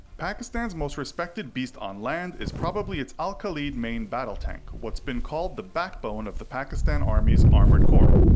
pakistan's most respected beast on land is probably its al-khalid main battle tank, what's been called the backbone of the pakistan army's armoured corps.